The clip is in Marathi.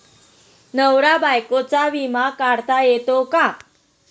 नवरा बायकोचा विमा काढता येतो का?